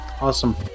Awesome